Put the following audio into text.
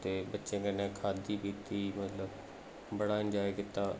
ते बच्चें कन्नै खादी पीती मतलब बड़ा इंजाय कीता